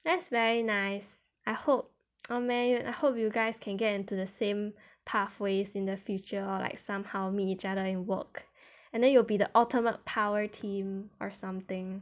that's very nice I hope !aww! man I hope you guys can get into the same pathways in the future or like somehow meet each other in work and then you will be the ultimate power team or something